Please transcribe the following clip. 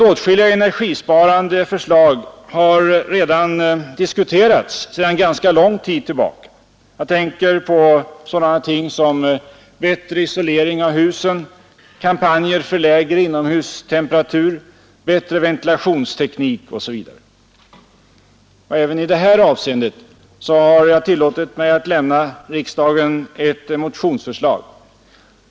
Åtskilliga energisparande förslag har redan diskuterats sedan ganska lång tid tillbaka. Jag tänker på sådana ting som bättre isolering av husen, kampanjer för lägre inomhustemperatur, bättre ventilationsteknik osv. Även i det här avseendet har jag tillåtit mig att lämna riksdagen ett motionsförslag.